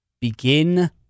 begin